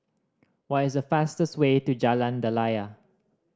what is the fastest way to Jalan Daliah